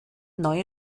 neue